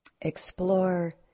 explore